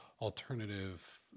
alternative